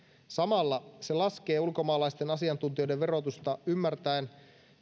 samalla se laskee ulkomaalaisten asiantuntijoiden verotusta ymmärtäen